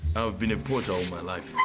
have been a poacher all my life.